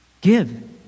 give